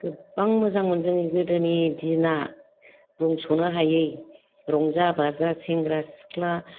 गोबां मोजां मोन जोंनि गोदोनि दिना बुंस'नो हायै रंजा बाजा सेंग्रा सिख्ला